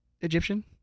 Egyptian